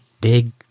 big